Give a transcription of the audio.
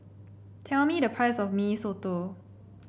tell me the price of Mee Soto